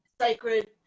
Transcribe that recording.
Sacred